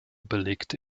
belegte